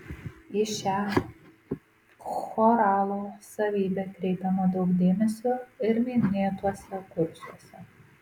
į šią choralo savybę kreipiama daug dėmesio ir minėtuose kursuose